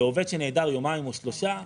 ועובד שנעדר יומיים או שלושה,